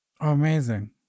Amazing